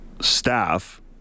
staff